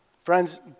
Friends